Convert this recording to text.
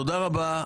תודה רבה.